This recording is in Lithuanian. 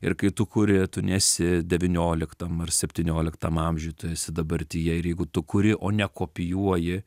ir kai tu kuri tu nesi devynioliktam ar septynioliktam amžiuj tu esi dabartyje ir jeigu tu kuri o ne kopijuoji